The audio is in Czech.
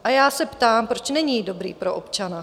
A já se ptám: Proč není dobrý pro občana?